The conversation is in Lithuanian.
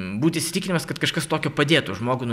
būt įsitikinimas kad kažkas tokio padėtų žmogui nu